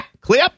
clip